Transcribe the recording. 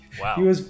wow